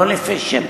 לא לפי שם